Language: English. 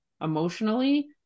emotionally